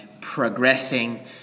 progressing